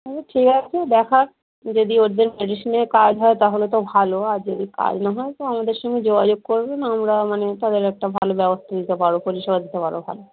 আচ্ছা ঠিক আছে দেখাক যদি ওদের মেডিসিনে কাজ হয় তাহলে তো ভালো আর যদি কাজ না হয় তো আমাদের সঙ্গে যোগাযোগ করবেন আমরা মানে তাদের একটা ভালো ব্যবস্থা নিতে পারব পরিষেবা দিতে পারব ভালো